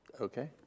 Okay